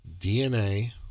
DNA